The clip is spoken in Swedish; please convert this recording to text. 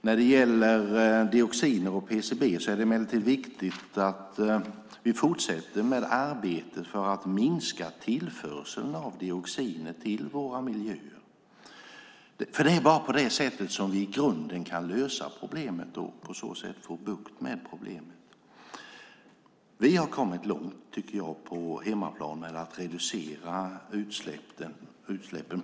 När det gäller dioxiner och även PCB:er är det emellertid viktigt att vi fortsätter arbetet för att minska tillförseln av dioxiner till våra miljöer. Det är bara på det sättet som vi i grunden kan lösa problemet och på så sätt få bukt med det. Vi har, tycker jag, kommit långt på hemmaplan med att reducera utsläppen.